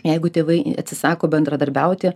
jeigu tėvai atsisako bendradarbiauti